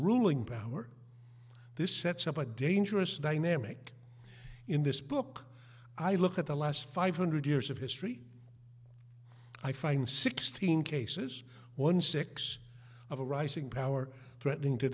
ruling power this sets up a dangerous dynamic in this book i look at the last five hundred years of history i find sixteen cases one six of a rising power threatening to